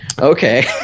Okay